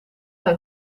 hij